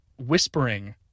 whispering